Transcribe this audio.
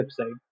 website